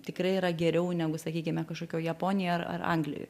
tikrai yra geriau negu sakykime kažkokioj japonijoj ar ar anglijoj